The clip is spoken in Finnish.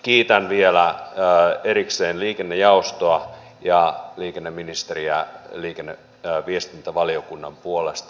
kiitän vielä erikseen liikennejaostoa ja liikenneministeriä liikenne ja viestintävaliokunnan puolesta